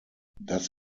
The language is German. das